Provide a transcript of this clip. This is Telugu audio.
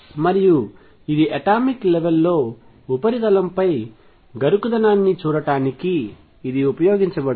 మరియు ఇది అటామిక్ లెవెల్లో ఉపరితలంపై గరుకుదనాన్ని చూడటానికి ఇది ఉపయోగించబడింది